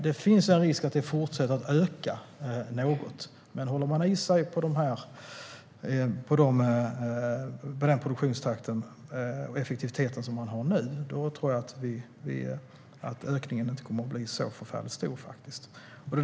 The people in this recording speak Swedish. Det finns en risk att det fortsätter att öka något, men håller man sig kvar vid nuvarande produktionstakt och effektivitet tror jag att ökningen inte kommer att bli så förfärligt stor.